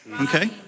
Okay